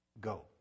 go